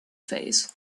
phase